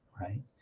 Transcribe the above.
Right